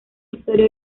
historia